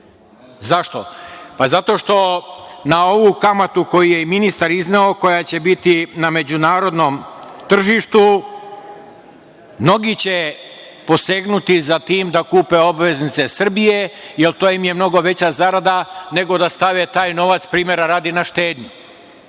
Zašto? Pa, zato što na ovu kamatu koju je i ministar izneo, koja će biti na međunarodnom tržištu, mnogi će posegnuti za tim da kupe obveznice Srbije, jer to im je mnogo veća zarada, nego da stave taj novac, primera radi na štednju.